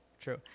true